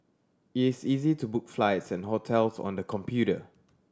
it is easy to book flights and hotels on the computer